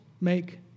make